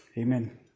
Amen